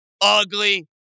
ugly